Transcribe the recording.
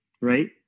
right